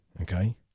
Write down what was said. okay